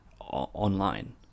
online